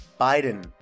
Biden